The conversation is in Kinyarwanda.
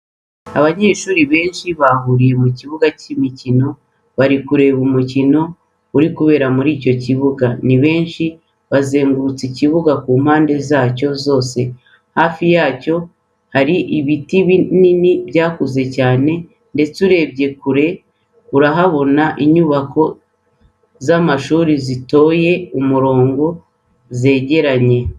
Abanyeshuri benshi bahuriye ku kibuga cy'imikino bari kureba umukino uri kubera muri icyo kibuga, ni benshi bazengurutse ikibuga ku mpande zacyo zose, hafi yacyo hari ibiti binini byakuze cyane ndetse urebye kure urahabona inyubako z'amashuri zitoye umurongo zegeranye.